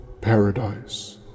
paradise